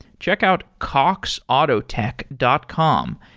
check out coxautotech dot com.